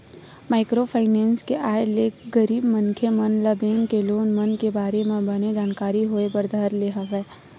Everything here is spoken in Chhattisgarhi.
माइक्रो फाइनेंस के आय ले गरीब मनखे मन ल बेंक के लोन मन के बारे म बने जानकारी होय बर धर ले हवय